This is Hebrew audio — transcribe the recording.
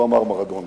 הוא אמר: מראדונה.